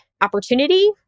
opportunity